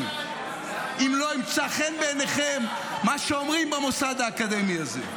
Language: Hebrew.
אם לא ימצא חן בעיניכם מה שאומרים במוסד האקדמי הזה.